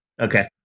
Okay